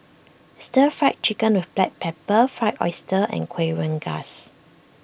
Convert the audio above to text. Stir Fried Chicken with Black Pepper Fried Oyster and Kuih Rengas